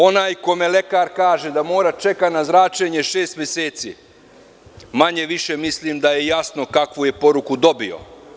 Onaj kome lekar kaže da mora da čeka na zračenje šest meseci, manje više, mislim da je jasno kakvu je poruku dobio.